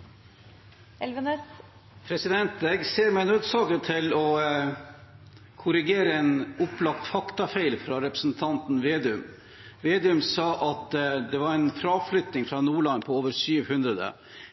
Elvenes har hatt ordet to ganger tidligere og får ordet til en kort merknad, begrenset til 1 minutt. Jeg ser meg nødsaget til å korrigere en opplagt faktafeil fra representanten Slagsvold Vedum. Han sa at det var en fraflytting fra Nordland på over 700.